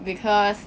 because